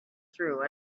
through